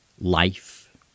life